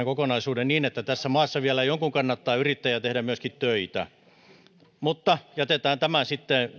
kokonaisuuden niin että tässä maassa vielä jonkun kannattaa yrittää ja tehdä myöskin töitä mutta jätetään tämä sitten